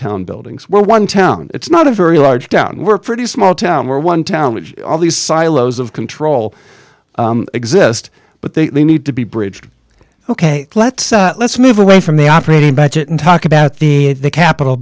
town buildings were one town it's not a very large town we're pretty small town where one town all these silos of control exist but they need to be bridged ok let's let's move away from the operating budget and talk about the the capital